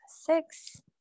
Six